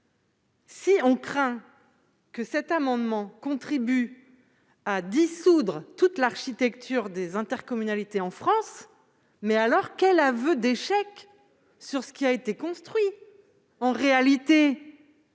l'adoption de cet amendement contribue à dissoudre toute l'architecture de l'intercommunalité en France, quel aveu d'échec sur ce qui a été construit ! En réalité,